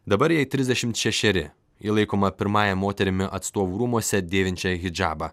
dabar jai trisdešim šešeri ji laikoma pirmąja moterimi atstovų rūmuose dėvinčią hidžabą